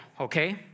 Okay